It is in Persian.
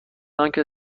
آنکه